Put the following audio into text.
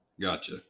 gotcha